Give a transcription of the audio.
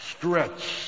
Stretch